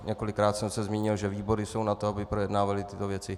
Několikrát jsem se zmínil, že výbory jsou na to, aby projednávaly tyto věci.